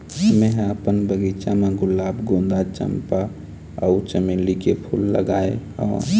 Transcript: मेंहा अपन बगिचा म गुलाब, गोंदा, चंपा अउ चमेली के फूल लगाय हव